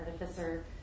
artificer